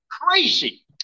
crazy